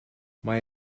mae